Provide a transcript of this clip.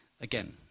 Again